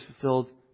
fulfilled